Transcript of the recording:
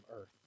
earth